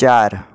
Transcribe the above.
ચાર